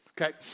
Okay